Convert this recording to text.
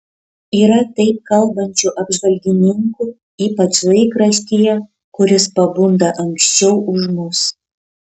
yra taip kalbančių apžvalgininkų ypač laikraštyje kuris pabunda anksčiau už mus